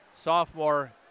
sophomore